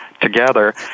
together